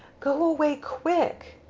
go away quick!